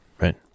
right